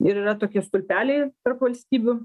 ir yra tokie stulpeliai tarp valstybių